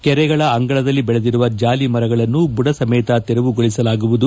ಕೆರೆಗಳ ಅಂಗಳದಲ್ಲಿ ಬೆಳೆದಿರುವ ಜಾಲಿ ಮರಗಳನ್ನು ಬುಡ ಸಮೇತ ತೆರವುಗೊಳಿಸಲಾಗುವುದು